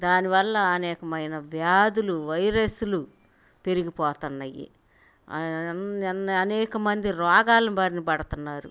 దాని వల్ల అనేకమైన వ్యాధులు వైరస్లు పెరిగిపోతున్నాయి అనేకమంది రోగాల బారిన పడుతున్నారు